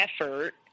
effort